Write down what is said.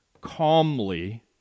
calmly